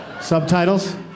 Subtitles